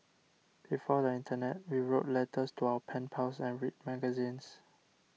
before the internet we wrote letters to our pen pals and read magazines